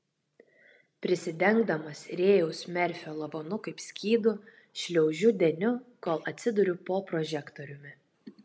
prisidengdamas rėjaus merfio lavonu kaip skydu šliaužiu deniu kol atsiduriu po prožektoriumi